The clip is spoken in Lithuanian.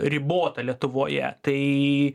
ribota lietuvoje tai